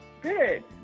Good